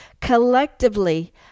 collectively